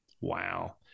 Wow